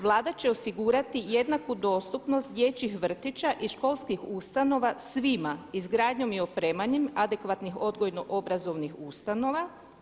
Vlada će osigurati jednaku dostupnost dječjih vrtića i školskih ustanova svima izgradnjom i opremanjem adekvatnih odgojno-obrazovnih ustanova.